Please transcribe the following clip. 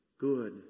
Good